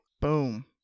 Boom